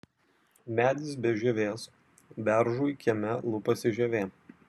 medis be žievės beržui kieme lupasi žievė